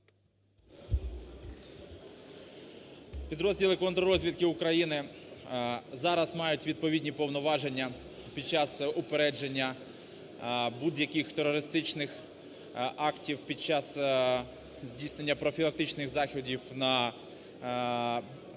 Підрозділи контррозвідки України зараз мають відповідні повноваження під час упередження будь-яких терористичних актів, під час здійснення профілактичних заходів на